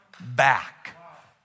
back